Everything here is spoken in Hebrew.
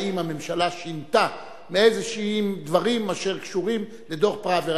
אם הממשלה שינתה איזה דברים אשר קשורים לדוח-פראוור.